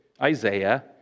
Isaiah